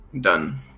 Done